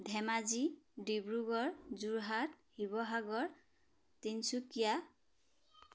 Dhemaji Dibrugarh Jorhat Sivasagar Tinsukia